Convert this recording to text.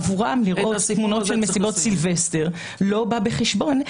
עבורם לראות תמונות של מסיבות סילבסטר לא בא בחשבון,